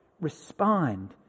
respond